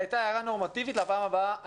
היא הייתה הערה נורמטיבית לגבי הפעם הבאה.